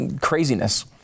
craziness